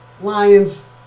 Lions